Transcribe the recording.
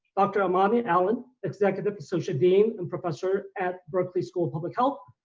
dr. amani and allen, executive associate dean and professor at berkeley school of public health,